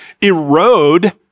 erode